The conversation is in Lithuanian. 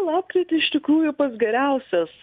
lapkritį iš tikrųjų pats geriausias